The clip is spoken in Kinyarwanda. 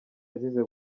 azize